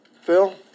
Phil